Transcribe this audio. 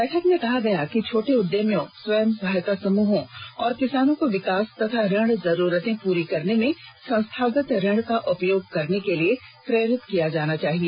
बैठक में कहा गया कि छोटे उद्यमियों स्वयं सहायता समुहों और किसानों को विकास और ऋण जरूरतें पूरा करने में संस्थागत ऋण का उपयोग करने के लिए प्रेरित किया जाना चाहिए